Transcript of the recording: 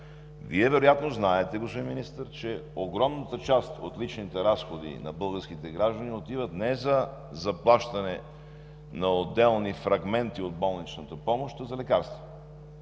Вие вероятно знаете, господин Министър, че огромната част от личните разходи на българските граждани отиват не за заплащане на отделни фрагменти от болничната помощ, а за лекарства.